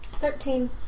Thirteen